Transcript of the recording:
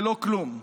ללא כלום.